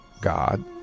god